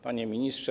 Panie Ministrze!